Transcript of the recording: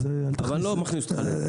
אבל אני לא מכניס אותך לזה.